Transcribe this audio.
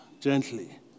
gently